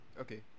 okay